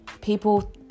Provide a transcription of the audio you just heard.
people